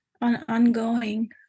ongoing